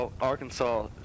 Arkansas